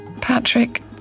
Patrick